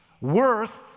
Worth